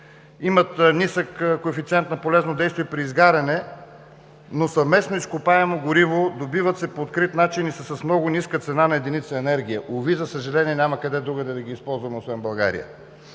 имат нисък коефициент на полезно действие при изгаряне, но съвместно изкопаемо гориво, добиват се по открит начин и са с много ниска цена на единица енергия. Уви, за съжаление няма къде другаде да ги използваме, освен в България.